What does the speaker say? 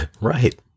Right